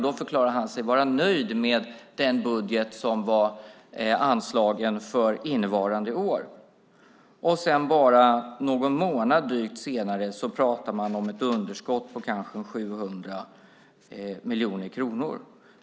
Han förklarade sig då vara nöjd med den budget som var anslagen för innevarande år. Bara en dryg månad senare pratar man om ett underskott på kanske 700 miljoner kronor.